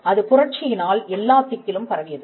அது புரட்சியினால் எல்லாத் திக்கிலும் பரவியது